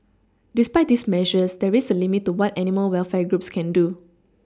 despite these measures there is a limit to what animal welfare groups can do